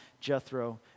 Jethro